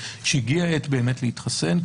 שהגיעה העת באמת להתחסן.